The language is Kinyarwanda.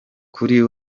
kuri